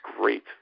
great